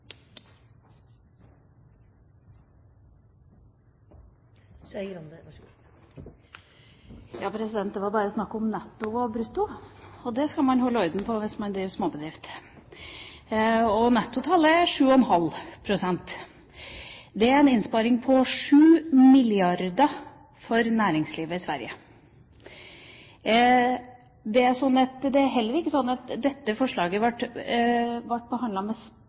Det var snakk om netto og brutto. Det skal man holde orden på hvis man driver småbedrift. Nettotallet er 7 ½ pst. Det er en innsparing på 7 mrd. kr for næringslivet i Sverige. Det er heller ikke sånn at dette forslaget ble behandlet med